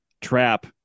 trap